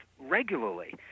regularly